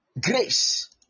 Grace